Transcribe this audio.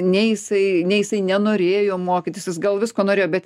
nei jisai nei jisai nenorėjo mokytis jis gal visko norėjo bet